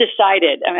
decided